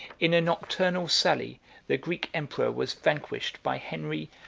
in a nocturnal sally the greek emperor was vanquished by henry,